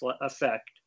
effect